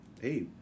hey